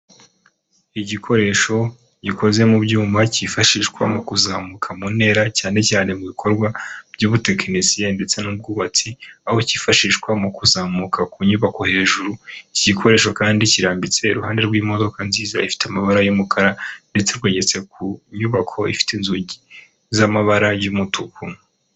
Igikoresho gikoze mu byuma, cyifashishwa mu kuzamuka mu ntera cyane cyane mu bikorwa by'ubutekinisiye ndetse n'ubwubatsi, aho cyifashishwa mu kuzamuka ku nyubako hejuru, iki gikoresho kandi kirambitse iruhande rw'imodoka nziza ifite amabara y'umukara ndetse rwegeretse ku nyubako ifite inzugi z'amabara y'umutuku.